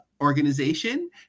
organization